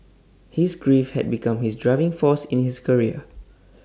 his grief had become his driving force in his career